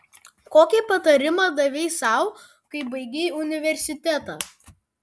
kokį patarimą davei sau kai baigei universitetą